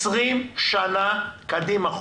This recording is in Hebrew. חוק לעוד 20 שנים קדימה.